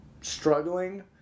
struggling